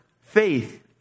faith